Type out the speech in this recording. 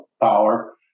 power